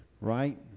right